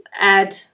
add